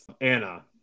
Anna